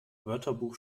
wörterbuch